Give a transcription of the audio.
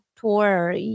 tour